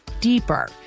deeper